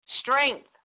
strength